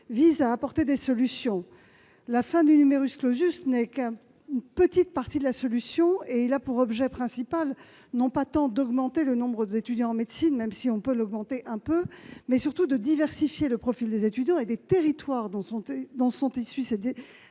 visent à apporter des solutions. La fin du ne représente qu'une petite partie de ces solutions. Elle a pour objet principal, non pas tant d'accroître le nombre d'étudiants en médecine, même s'il est possible de le faire un peu, mais surtout de diversifier le profil des étudiants et des territoires dont ils sont issus.